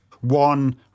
one